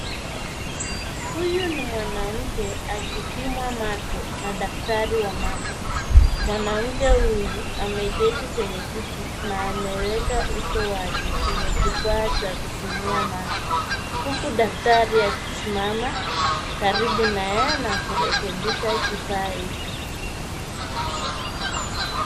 Huyu ni mwanamke akipimwa macho na daktari wa macho. Mwanamke huyu ameketi kwenye kiti na ameweka uso wake kwenye kifaa cha kupimia macho huku daktari akisimama karibu naye na kurekebisha kifaa hicho.